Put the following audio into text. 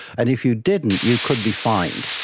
and if you didn't you could be fined.